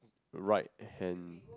right hand